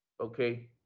Okay